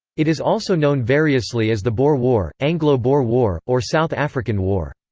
it is also known variously as the boer war, anglo-boer war, or south african war.